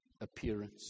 appearance